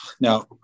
Now